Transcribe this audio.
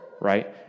right